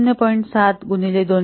7 गुणिले 2